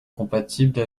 compatibles